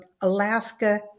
Alaska